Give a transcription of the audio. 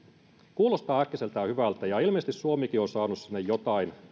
kuulostaa äkkiseltään hyvältä ja ilmeisesti suomikin on saanut sinne jotain